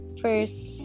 first